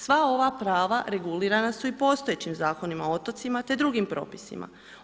Sva ova prava regulirana su i postojećim Zakonom o otocima te drugim propisima.